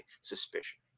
suspicion